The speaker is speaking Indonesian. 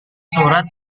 surat